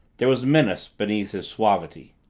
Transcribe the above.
there was menace beneath his suavity.